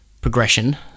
progression